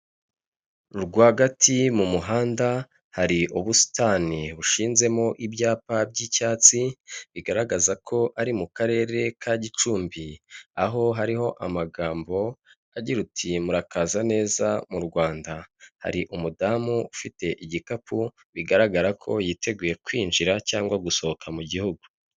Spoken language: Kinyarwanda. Rwagati mu muhanda, hari ubusitani bushinzemo ibyapa by'icyatsi, bigaragaza ko ari mu karere ka Gicumbi, aho hariho amagambo agirati murakaza neza mu Rwanda, hari umudamu ufite igikapu bigaragara ko yiteguye kwinjira cyangwa gusohoka mu gihugu.